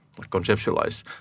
conceptualize